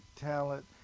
talent